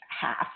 half